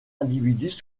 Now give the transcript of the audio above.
individus